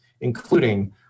including